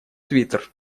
твиттер